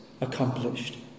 accomplished